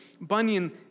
Bunyan